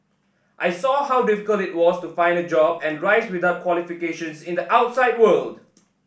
I saw how difficult it was to find a job and rise up without qualifications in the outside world